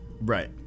Right